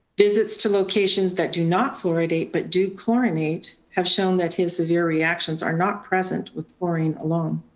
visits to locations that do not fluoridate but do chlorinate have shown that his severe reactions are not present with fluorine alone.